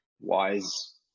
wise